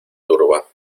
turba